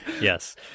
Yes